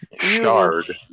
Shard